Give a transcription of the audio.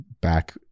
back